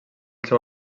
seu